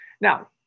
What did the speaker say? Now